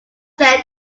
say